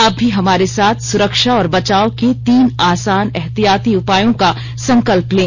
आप भी हमारे साथ सुरक्षा और बचाव के तीन आसान एहतियाती उपायों का संकल्प लें